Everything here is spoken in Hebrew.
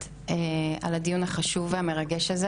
בעד עצמם ומוכיחים עד כמה הדיון הזה,